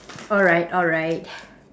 alright alright